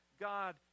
God